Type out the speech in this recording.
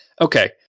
Okay